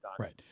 Right